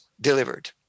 delivered